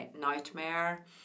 nightmare